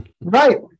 Right